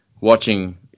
watching –